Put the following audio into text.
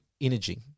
energy